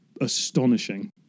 astonishing